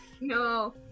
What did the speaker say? No